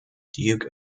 duke